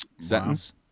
sentence